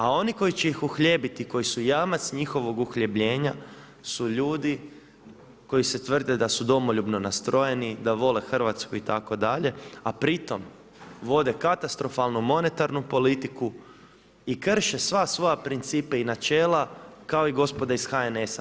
A oni koji će ih uhljebiti, koji su jamac njihovog uhljebljena su ljudi koji se tvrde da su domoljubno nastrojeni, da vole Hrvatsku itd., a pri tome vode katastrofalno monetarnu politiku i krše sve svoje principe i načela kao i gospoda iz HNS-a.